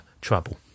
trouble